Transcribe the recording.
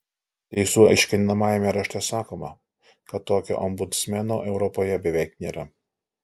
pataisų aiškinamajame rašte sakoma kad tokio ombudsmeno europoje beveik nėra